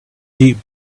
deep